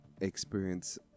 experience